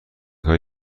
های